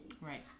Right